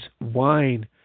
Wine